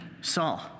Saul